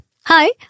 Hi